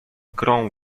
grą